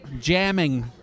Jamming